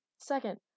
Second